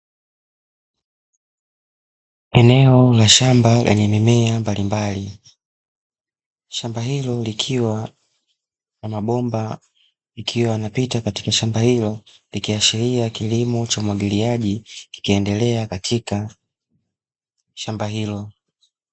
Eneo la shamba lenye mimea mbalimbali. Shamba hilo likiwa na mabomba yakiwa yanapita katika shamba hilo, likiashiria kilimo cha umwagiliaji kikiendelea katika shamba hilo.